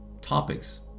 topics